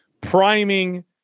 Priming